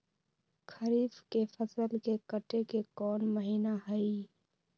खरीफ के फसल के कटे के कोंन महिना हई?